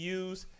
use